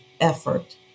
effort